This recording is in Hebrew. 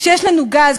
כשיש לנו גז,